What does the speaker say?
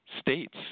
states